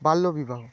বাল্যবিবাহ